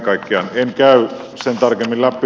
en käy sen tarkemmin läpi